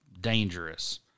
dangerous